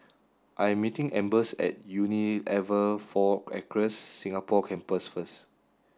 I am meeting Ambers at Unilever Four Acres Singapore Campus first